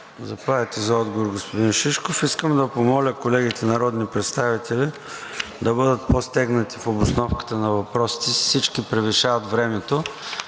Заповядайте за отговор, господин Шишков. Искам да помоля колегите народни представители да бъдат по-стегнати в обосновката на въпросите си, всички превишават времето.